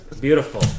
Beautiful